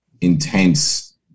intense